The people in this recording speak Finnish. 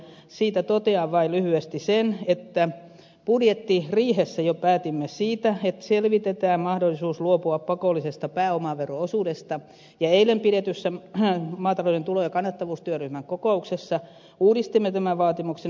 siitä totean vain lyhyesti sen että budjettiriihessä jo päätimme siitä että selvitetään mahdollisuus luopua pakollisesta pääomavero osuudesta ja eilen pidetyssä maatalouden tulo ja kannattavuustyöryhmän kokouksessa uudistimme tämän vaatimuksen